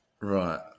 Right